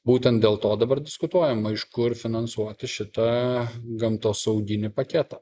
būtent dėl to dabar diskutuojama iš kur finansuoti šitą gamtosauginį paketą